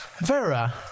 Vera